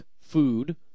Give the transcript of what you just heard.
food